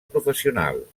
professional